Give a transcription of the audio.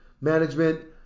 management